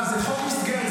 זה חוק מסגרת,